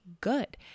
good